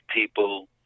people